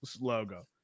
logo